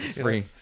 Free